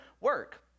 work